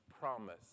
promise